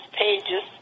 pages